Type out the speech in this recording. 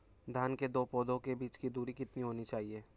धान के दो पौधों के बीच की दूरी कितनी होनी चाहिए?